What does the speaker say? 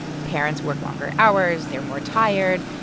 parents work longer hours, they're more tired.